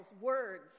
words